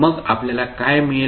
मग आपल्याला काय मिळेल